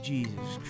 Jesus